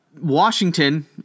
Washington